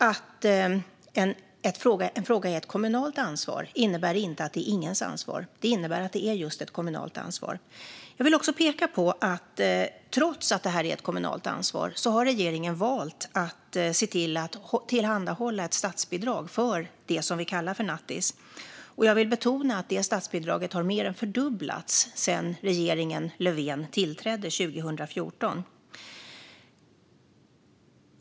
Att en fråga är ett kommunalt ansvar innebär inte att den är ingens ansvar. Det innebär att den är just ett kommunalt ansvar. Jag vill också peka på att regeringen, trots att detta är ett kommunalt ansvar, har valt att tillhandahålla ett statsbidrag för det som vi kallar för nattis, och jag vill betona att detta statsbidrag har mer än fördubblats sedan regeringen Löfven tillträdde 2014. Fru talman!